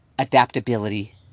Adaptability